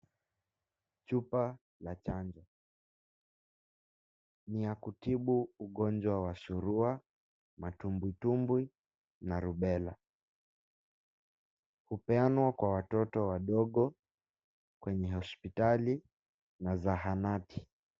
Chupa la chanjo. Ni ya kutibu ugonjwa wa surua, matumbwitumbwi na rubella . Hupeanwa kwa watoto wadogo kwenye hospitali na zahanati.